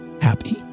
happy